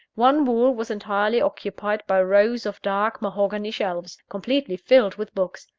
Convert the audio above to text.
one wall was entirely occupied by rows of dark mahogany shelves, completely filled with books,